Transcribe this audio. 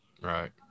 right